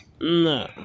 no